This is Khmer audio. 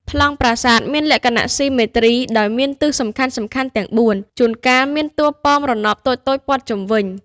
ប្លង់ប្រាសាទមានលក្ខណៈ ស៊ីមេទ្រី ដោយមានទិសសំខាន់ៗទាំងបួន។ ជួនកាលមានតួប៉មរណបតូចៗព័ទ្ធជុំវិញ។